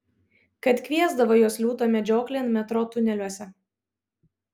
kad kviesdavo juos liūto medžioklėn metro tuneliuose